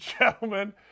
gentlemen